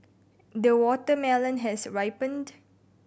the watermelon has ripened